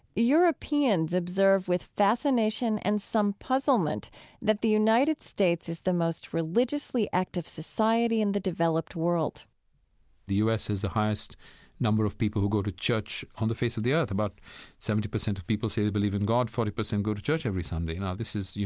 europeans observe with fascination and some puzzlement that the united states is the most religiously active society in the developed world the us has the highest number of people who go to church on the face of the earth. about seventy percent of people say they believe in god, forty percent go to church every sunday. now, this is, you